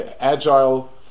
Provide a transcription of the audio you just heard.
agile